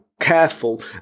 careful